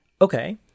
Okay